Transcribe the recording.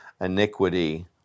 iniquity